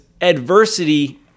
adversity